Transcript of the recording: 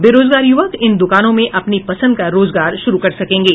बेरोजगार युवक इन दुकानों में अपनी पसंद का रोजगार शुरू कर सकेंगें